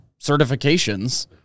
certifications